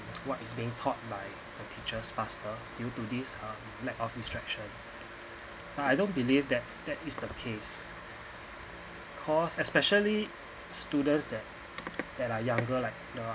what is being taught by the teachers faster due to this um lack of distraction uh I don't believe that that is the case cause especially students that that are younger like